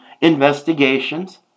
investigations